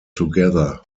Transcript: together